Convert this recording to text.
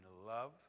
love